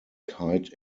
kite